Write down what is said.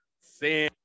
Sin